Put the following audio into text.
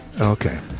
Okay